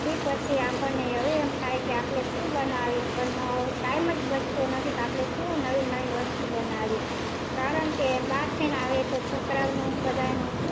તે પછી આપણને હવે એમ થાય કે આપણે શું બનાવ્યું પણ ટાઈમ જ બચતો નથી તો આપણે શું નવી નવી વસ્તુ બનાવીએ કારણ કે બારથીને લાવીએ તો છોકરાઓનું બધાનું